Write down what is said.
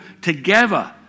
together